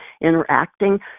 interacting